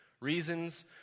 reasons